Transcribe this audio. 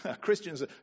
Christians